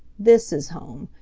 this is home,